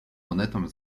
monetą